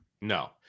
No